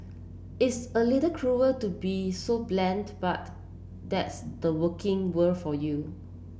it's a little cruel to be so blunt but that's the working world for you